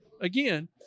Again